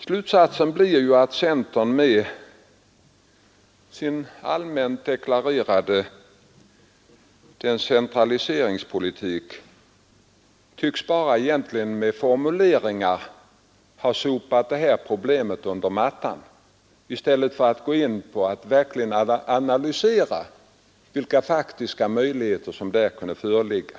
Slutsatsen blir att centern, med sin allmänt deklarerade decentraliseringspolitik, tycks ha sopat det här problemet under mattan med formuleringar i stället för att verkligen analysera vilka faktiska möjligheter som kunde föreligga.